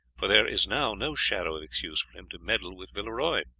for there is now no shadow of excuse for him to meddle with villeroy.